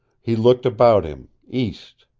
he looked about him east,